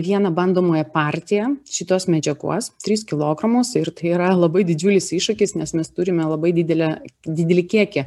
vieną bandomąją partiją šitos medžiagos tris kilogramus ir tai yra labai didžiulis iššūkis nes mes turime labai didelę didelį kiekį